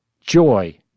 joy